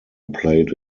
played